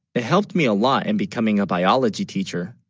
it helped me a lot and becoming a biology teacher